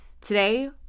Today